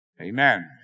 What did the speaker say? Amen